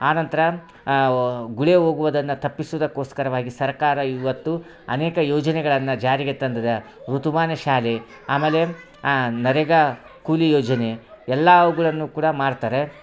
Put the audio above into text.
ಅನಂತರ ಗುಳೆ ಹೋಗುವುದನ್ನ ತಪ್ಪಿಸೋದಕ್ಕೋಸ್ಕರವಾಗಿ ಸರ್ಕಾರ ಇವತ್ತು ಅನೇಕ ಯೋಜನೆಗಳನ್ನು ಜಾರಿಗೆ ತಂದಿದೆ ಋತುಮಾನ ಶಾಲೆ ಆಮೇಲೆ ನರೇಗಾ ಕೂಲಿ ಯೋಜನೆ ಎಲ್ಲಾವುಗಳನ್ನು ಕೂಡ ಮಾಡ್ತಾರೆ